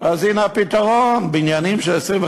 אינה דווקא אנטישמית,